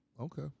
Okay